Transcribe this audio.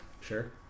Sure